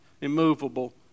immovable